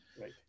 Right